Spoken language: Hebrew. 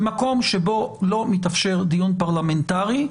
במקום שבו לא מתאפשר דיון פרלמנטרי,